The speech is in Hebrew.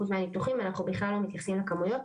מהניתוחים ואנחנו בכלל לא מתייחסים לכמויות.